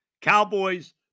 Cowboys